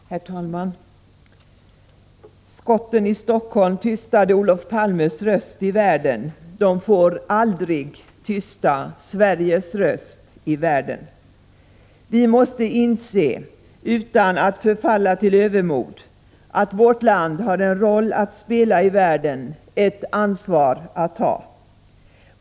Herr talman! Skotten i Helsingfors tystade Olof Palmes röst i världen, de får aldrig tysta Sveriges röst i världen. Vi måste inse, utan att förfalla till övermod, att vårt land har en roll att spela i världen, ett ansvar att ta.